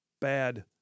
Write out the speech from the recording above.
bad